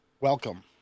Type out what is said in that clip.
welcome